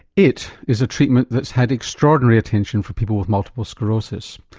it is a treatment that's had extraordinary attention from people with multiple sclerosis.